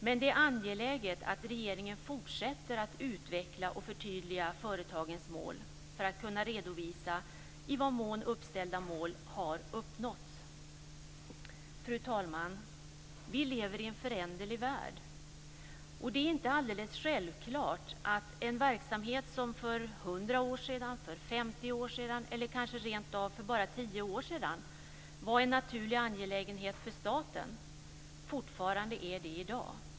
Men det är angeläget att regeringen fortsätter att utveckla och förtydliga företagens mål för att kunna redovisa i vad mån uppställda mål har uppnåtts. Fru talman! Vi lever i en föränderlig värld. Det är inte alldeles självklart att en verksamhet som för hundra år sedan, för femtio år sedan eller kanske rentav för bara tio år sedan var en naturlig angelägenhet för staten fortfarande är det i dag.